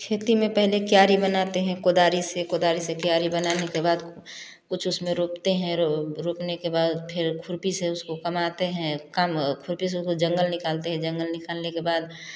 खेती में पहले क्यारी बनाते हैं कोदारी से कोदारी से क्यारी बनाने के बाद कुछ उसमें रोपते हैं रोप रोपने के बाद फिर खुरपी से उसको कमाते हैं कम खुरपी से उसको जंगल निकालते है जंगल निकालने के बाद